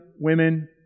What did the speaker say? women